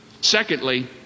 Secondly